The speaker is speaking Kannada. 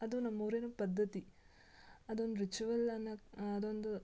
ಅದು ನಮ್ಮ ಊರಿನ ಪದ್ಧತಿ ಅದೊಂದು ರಿಚುವಲ್ ಅನ್ನೋಕ್ ಅದೊಂದು